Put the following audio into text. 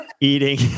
eating